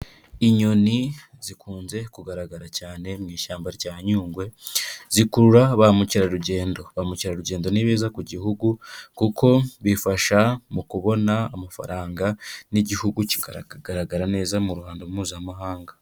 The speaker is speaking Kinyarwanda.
Inyoni zikunze kugaragara cyane mu ishyamba rya Nyungwe, zikurura ba mukerarugendo, ba mukerarugendo ni beza ku gihugu, kuko bifasha mu kubona amafaranga, n'igihugu kikanagaragara neza mu ruhando mpuzamahanga.